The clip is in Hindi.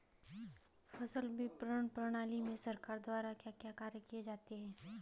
फसल विपणन प्रणाली में सरकार द्वारा क्या क्या कार्य किए जा रहे हैं?